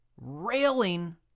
railing